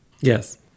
Yes